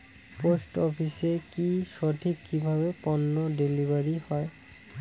Post অফিসে কি সঠিক কিভাবে পন্য ডেলিভারি হয়?